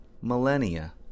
millennia